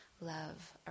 love